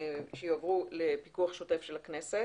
שיועברו לפיקוח שוטף של הכנסת.